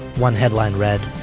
one headline read.